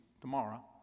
tomorrow